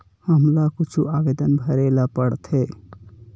हमला कुछु आवेदन भरेला पढ़थे?